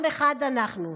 עם אחד אנחנו.